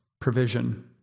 provision